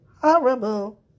horrible